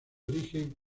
origen